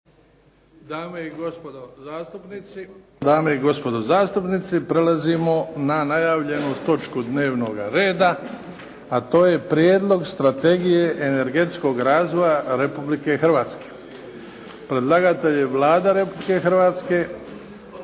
Dame i gospodo zastupnici, prelazimo na najavljenu točku dnevnoga reda, a to je –- Prijedlog Strategije energetskog razvoja Republike Hrvatske Predlagatelj je Vlada Republike Hrvatske,